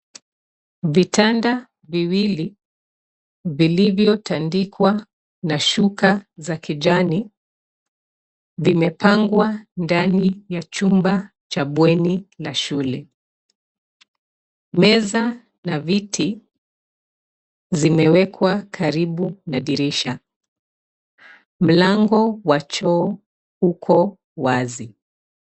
Vitanda viwili vilivyotandikwa na shuka za kijani vimepangwa ndani ya chumba cha bweni la shule. Meza na viti, zimwekwa karibu na dirisha. Mlango wa choo uko wazi.